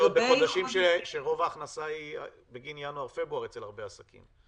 זה בחודשים שרוב ההכנסה היא בגין ינואר-פברואר אצל הרבה העסקים.